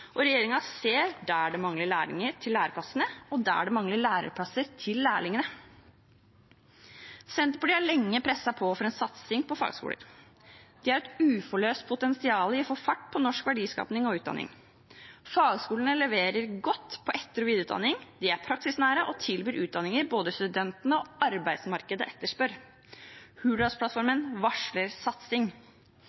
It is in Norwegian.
og regjeringen ser der det mangler lærlinger til læreplassene, og der det mangler læreplasser til lærlingene. Senterpartiet har lenge presset på for en satsing på fagskoler. De har et uforløst potensial i å få fart på norsk verdiskaping og utdanning. Fagskolene leverer godt på etter- og videreutdanning, de er praksisnære og tilbyr utdanninger både studentene og arbeidsmarkedet etterspør.